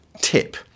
Tip